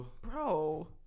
Bro